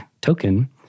token